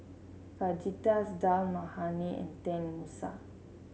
Fajitas Dal Makhani and Tenmusu